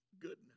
goodness